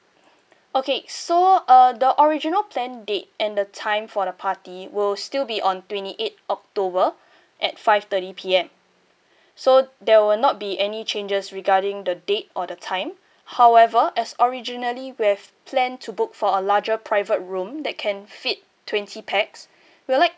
okay so uh the original planned date and the time for the party will still be on twenty eighth october at five thirty P_M so there will not be any changes regarding the date or the time however as originally we have planned to book for a larger private room that can fit twenty pax we'd like